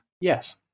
Yes